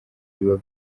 biba